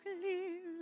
clear